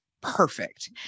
perfect